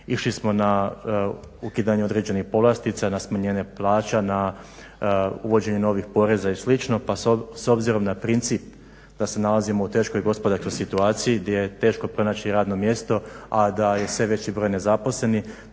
Išli smo na ukidanje određenih povlastica, na smanjenje plaća, na uvođenje novih poreza i slično, pa s obzirom na princip da se nalazimo u teškoj gospodarskoj situaciji gdje je teško pronaći radno mjesto a da je sve veći broj nezaposlenih,